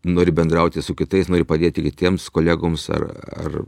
nori bendrauti su kitais nori padėti kitiems kolegoms ar ar